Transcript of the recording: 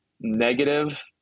negative